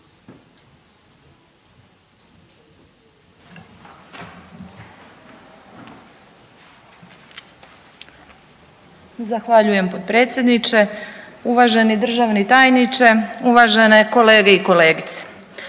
Zahvaljujem potpredsjedniče, uvaženi državni tajniče, uvažene kolege i kolegice.